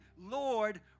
Lord